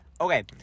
Okay